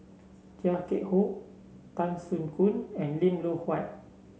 Chia Keng Hock Tan Soo Khoon and Lim Loh Huat